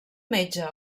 metge